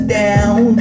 down